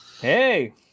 Hey